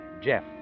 Jeff